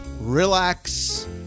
relax